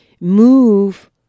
move